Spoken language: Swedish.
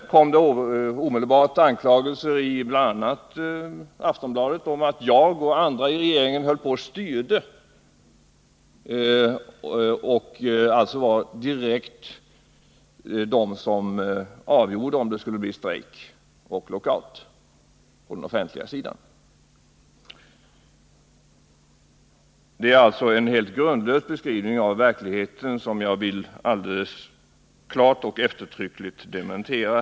Det kom då omedelbart anklagelser, bl.a. i Aftonbladet, för att jag och andra inom regeringen höll på att styra och alltså direkt var de som avgjorde om det skulle bli strejk och lockout på den offentliga sidan. Det är en helt grundlös beskrivning av verkligheten som jag nu klart och eftertryckligt vill dementera.